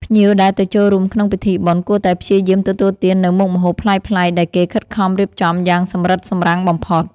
ភ្ញៀវដែលទៅចូលរួមក្នុងពិធីបុណ្យគួរតែព្យាយាមទទួលទាននូវមុខម្ហូបប្លែកៗដែលគេខិតខំរៀបចំយ៉ាងសម្រិតសម្រាំងបំផុត។